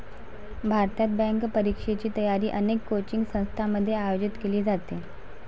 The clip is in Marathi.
भारतात, बँक परीक्षेची तयारी अनेक कोचिंग संस्थांमध्ये आयोजित केली जाते